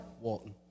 Walton